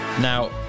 Now